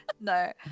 No